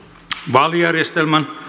vaalijärjestelmän